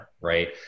right